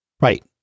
Right